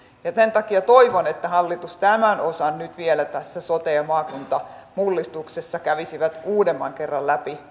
sen takia toivon että hallitus tämän osan nyt vielä tässä sote ja maakuntamullistuksessa kävisi uudemman kerran läpi